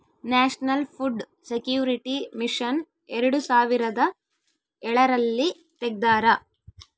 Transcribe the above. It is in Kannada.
ನ್ಯಾಷನಲ್ ಫುಡ್ ಸೆಕ್ಯೂರಿಟಿ ಮಿಷನ್ ಎರಡು ಸಾವಿರದ ಎಳರಲ್ಲಿ ತೆಗ್ದಾರ